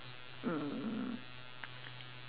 mm